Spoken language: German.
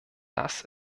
das